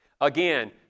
Again